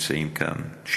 שנמצאים כאן,